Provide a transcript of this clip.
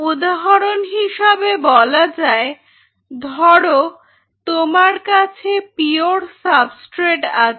উদাহরণ হিসেবে বলা যায় ধরো তোমার কাছে পিওর সাবস্ট্রেট আছে